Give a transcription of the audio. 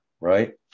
right